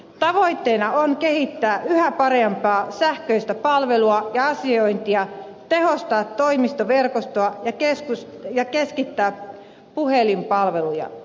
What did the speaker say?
tavoitteena on kehittää yhä parempaa sähköistä palvelua ja asiointia tehostaa toimistoverkostoa ja keskittää puhelinpalveluja